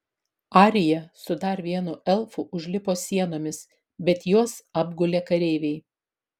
arija su dar vienu elfu užlipo sienomis bet juos apgulė kareiviai